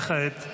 וכעת?